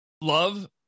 love